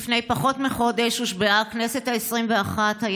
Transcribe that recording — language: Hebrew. לפני פחות מחודש הושבעה הכנסת העשרים-ואחת.